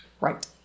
Right